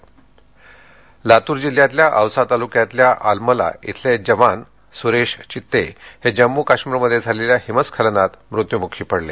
हतात्मा लातर लातूर जिल्ह्यातल्या औसा तालुक्यातल्या आलमला इथले जवान सुरेश घित्ते हे जम्मू काश्मीर मध्ये झालेल्या हिमस्खलनात मृत्यूमुखी पडले